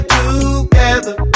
together